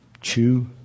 chew